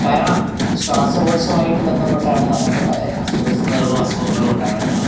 കാരണം ശ്വാസകോശവുമായിട്ട് ബന്ധപ്പെട്ടാണ് നമുക്ക് പല അസ്വസ്ഥതകളും അസുഖങ്ങളും ഉണ്ടാകാറുള്ളത്